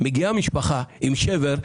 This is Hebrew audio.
מגיעה משפחה עם שבר,